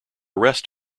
rest